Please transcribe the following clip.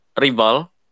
rival